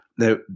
Now